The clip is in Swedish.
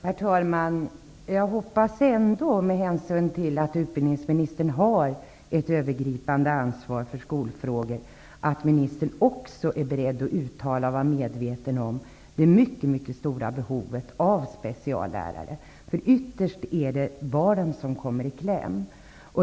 Herr talman! Jag hoppas ändå, med hänsyn till att utbildningsministern har ett övergripande anvar för skolfrågor, att utbildningsministern är beredd att uttala att det finns ett mycket stort behov av speciallärare. Ytterst är det barnen som kommer i kläm.